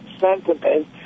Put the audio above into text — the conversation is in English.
sentiment